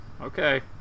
Okay